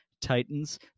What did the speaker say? Titans